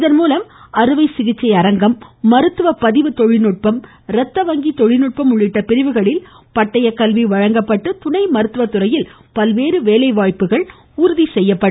இதன்மூலம் அறுவை சிகிச்சை அரங்கம் மருத்துவ பதிவு தொழில்நுட்பம் இரத்த வங்கி தொழில்நுட்பம் உள்ளிட்ட பிரிவுகளில் பட்டயக்கல்வி வழங்கப்பட்டு துணை மருத்துவத்துறையில் பல்வேறு வேலை வாய்ப்புகள் உறுதிசெய்யப்படும்